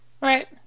Right